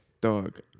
Dog